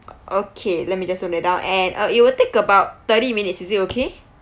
okay let me just note that down and uh it will take about thirty minutes is it okay